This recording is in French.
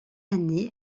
année